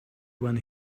when